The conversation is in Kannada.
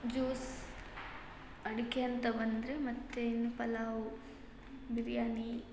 ಜ್ಯೂಸ್ ಅಡುಗೆ ಅಂತ ಬಂದರೆ ಮತ್ತು ಇನ್ನು ಪಲಾವು ಬಿರ್ಯಾನಿ